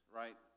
right